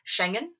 Schengen